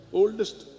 oldest